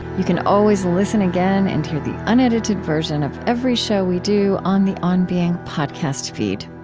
you can always listen again, and hear the unedited version of every show we do on the on being podcast feed.